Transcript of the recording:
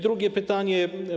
Drugie pytanie.